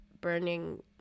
burning